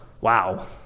wow